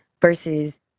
versus